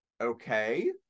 okay